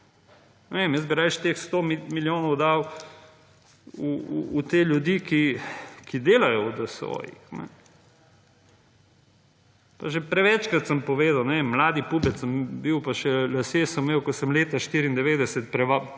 Jaz bi rad teh 100 milijonov dal v te ljudi, ki delajo v DSO. Že prevečkrat sem že povedal mladi pubec sem bil pa še lasje sem imel, ko sem leta 94